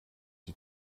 die